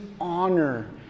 honor